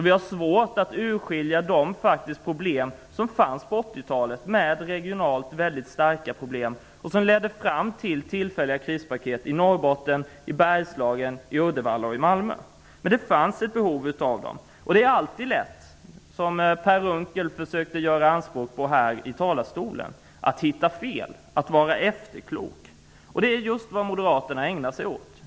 Vi har svårt att urskilja de problem som fanns på 1980-talet med stora regionala problem, som föranledde tillfälliga krispaket i Norrbotten, Bergslagen, Uddevalla och Malmö. Men det fanns då ett behov av dessa krispaket. Det är alltid lätt att vara efterklok och att hitta fel - något som Per Unckel gjorde här i talarstolen. Det är just vad Moderaterna här ägnar sig åt.